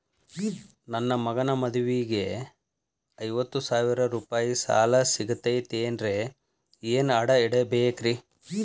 ನನ್ನ ಮಗನ ಮದುವಿಗೆ ಐವತ್ತು ಸಾವಿರ ರೂಪಾಯಿ ಸಾಲ ಸಿಗತೈತೇನ್ರೇ ಏನ್ ಅಡ ಇಡಬೇಕ್ರಿ?